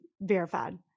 verified